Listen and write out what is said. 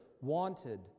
wanted